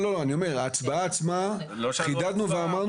ההצבעה עצמה, חידדנו ואמרנו